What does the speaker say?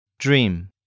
Dream